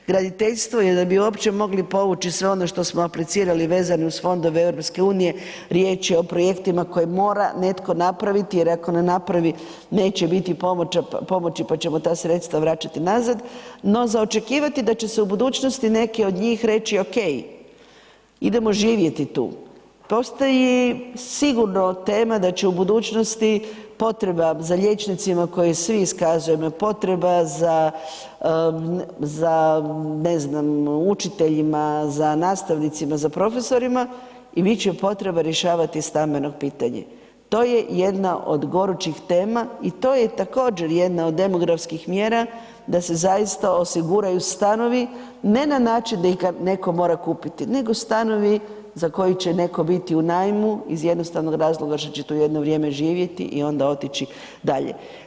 Graditeljstvo da bi uopće mogli povući sve ono što smo aplicirali vezano uz fondove EU, riječ je o projektima koje mora netko napraviti jer ako ne napravi, neće biti pomoći pa ćemo ta sredstva vraćati nazad no za očekivati je da će se u budućnosti neke od njih reći ok, idemo živjeti tu, postoji sigurno tema da će u budućnosti potreba za liječnicima koju svi iskazujemo, potreba za ne znam učiteljima, za nastavnicima, za profesorima i bit će potrebno rješavati stambeno pitanje, to je jedna od gorućih tema i to je također jedna od demografskih mjera da se zaista osiguraju stanovi ne na način da ih netko mora kupiti nego stanovi za koje će netko biti u najmu iz jednostavnog razloga što će tu jedno vrijeme živjeti i onda otići dalje.